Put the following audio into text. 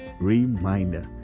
reminder